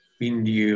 quindi